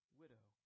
widow